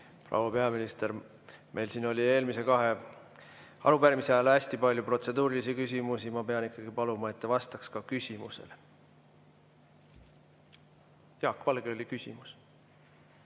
Proua peaminister! Meil siin oli eelmise kahe arupärimise ajal hästi palju protseduurilisi küsimusi. Ma pean ikkagi paluma, et te vastaks ka küsimusele. Jaak Valgel oli küsimus.